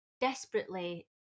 desperately